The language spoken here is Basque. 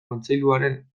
kontseiluaren